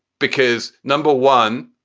because, number one,